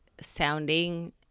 sounding